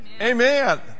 Amen